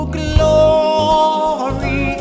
glory